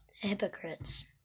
Hypocrites